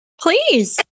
Please